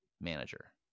manager